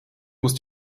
muss